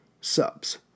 subs